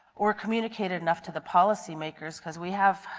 or communicated enough to the policymakers because we have